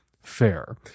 fair